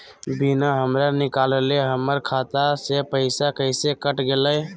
बिना हमरा निकालले, हमर खाता से पैसा कैसे कट गेलई?